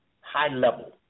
high-level